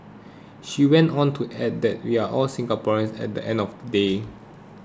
she went on to add that we are all Singaporeans at the end of the day